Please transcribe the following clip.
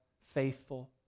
faithful